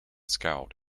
scowled